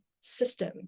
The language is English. system